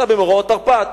זה היה במאורעות תרפ"ט,